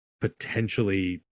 potentially